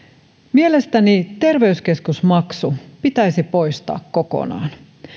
mielestäni terveyskeskusmaksu pitäisi poistaa kokonaan